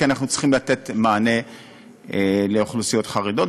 כי אנחנו צריכים לתת מענה לאוכלוסיות חרדיות,